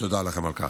תודה לכם על כך.